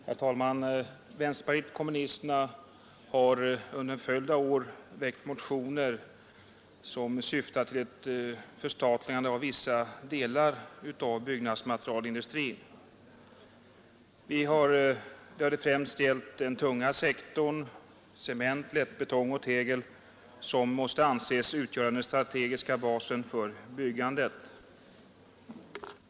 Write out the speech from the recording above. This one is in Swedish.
Herr talman! Vänsterpartiet kommunisterna har under en följd av år väckt motioner som syftat till ett förstatligande av vissa delar av byggnadsmaterialindustrin. Det har främst gällt den tunga sektorn, cement, lättbetong och tegel, som måste anses utgöra den strategiska basen för byggandet.